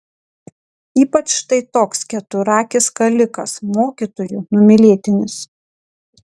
ypač štai toks keturakis kalikas mokytojų numylėtinis